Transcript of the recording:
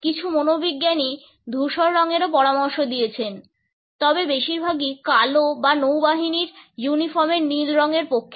কিছু মনোবিজ্ঞানী ধূসর রঙেরও পরামর্শ দিয়েছেন তবে বেশিরভাগই কালো বা নৌবাহিনীর ইউনিফর্মের নীল রঙের পক্ষে